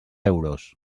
euros